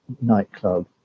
nightclub